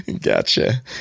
Gotcha